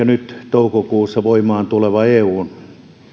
nyt toukokuussa voimaan tuleva eun